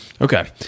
okay